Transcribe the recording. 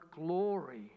glory